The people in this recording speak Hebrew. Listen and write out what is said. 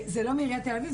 זה לא מעיריית תל אביב,